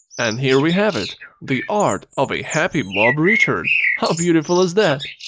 and here we have it the art of a happy blob richard. how beautiful is that?